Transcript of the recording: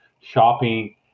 shopping